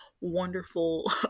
wonderful